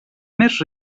més